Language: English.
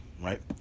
right